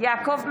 יעקב מרגי,